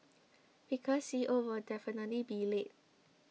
because C O will definitely be late